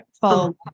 follow